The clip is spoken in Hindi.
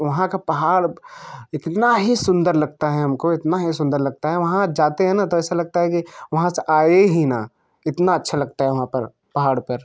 वहाँ का पहाड़ इतना ही सुंदर लगता है हमको इतना ही सुंदर लगता है वहाँ जाते है ना तो ऐसा लगता है कि वहाँ से आए ही ना इतना अच्छा लगता है वहाँ पर पहाड़ पर